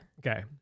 Okay